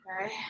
Okay